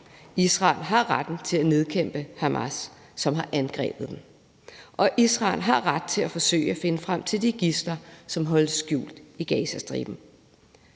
Israel har retten til at nedkæmpe Hamas, som har angrebet dem, og Israel har ret til at forsøge at finde frem til de gidsler, som holdes skjult i Gazastriben.